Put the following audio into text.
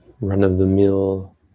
run-of-the-mill